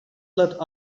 let